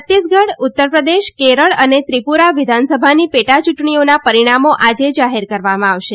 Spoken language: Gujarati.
છત્તીસગઢ ઉત્તરપ્રદેશ કેરળ અને ત્રિપુરા વિધાનસભાની પેટા યૂંટણીઓના પરિણામો આજે જાહેર કરવામાં આવશે